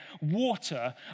water